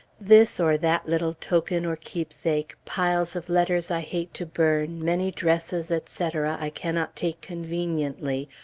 this or that little token or keepsake, piles of letters i hate to burn, many dresses, etc, i cannot take conveniently,